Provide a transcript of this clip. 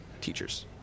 teachers